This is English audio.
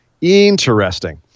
interesting